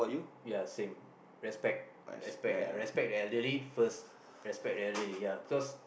ya same respect respect ya respect the elderly first respect the elderly ya because